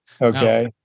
Okay